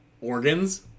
organs